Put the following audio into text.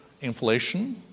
inflation